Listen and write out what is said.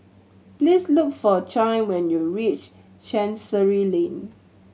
please look for Chaim when you reach Chancery Lane